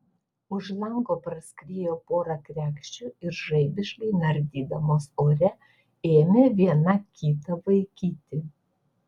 už lango praskriejo pora kregždžių ir žaibiškai nardydamos ore ėmė viena kitą vaikyti